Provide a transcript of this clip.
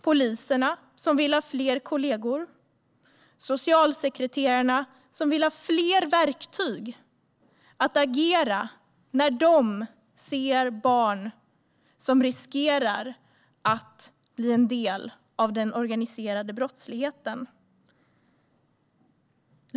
Poliserna där vill ha fler kollegor. Socialsekreterarna vill ha fler verktyg för att kunna agera när de ser barn som riskerar att bli en del av den organiserade brottsligheten.